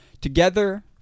Together